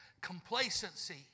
Complacency